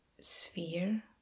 sphere